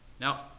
Now